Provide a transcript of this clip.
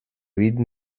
read